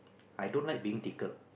I don't like being tickled